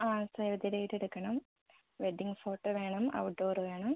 ആ save the date എടുക്കണം wedding photo വേണം ഔട്ട്ഡോർ വേണം